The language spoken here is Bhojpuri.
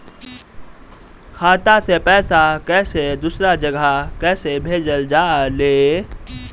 खाता से पैसा कैसे दूसरा जगह कैसे भेजल जा ले?